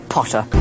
Potter